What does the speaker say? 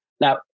Now